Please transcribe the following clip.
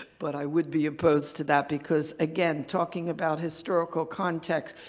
but i would be opposed to that, because again, talking about historical context,